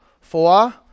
Four